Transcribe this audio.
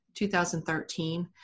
2013